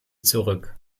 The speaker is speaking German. zurück